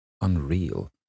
unreal